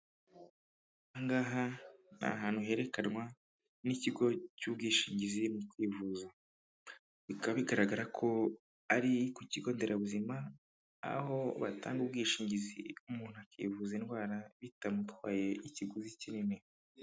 Angaha n'ahantu herekanwa n'ikigo cy'ubwishingizi mu kwivuza, bikaba bigaragara ko ari ku kigo nderabuzima aho batanga ubwishingizi umuntu akivuza indwara bitamutwaye ikiguzi kinini.